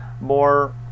more